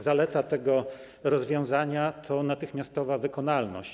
Zaleta tego rozwiązania to natychmiastowa wykonalność.